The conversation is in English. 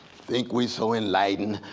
think we so enlightened,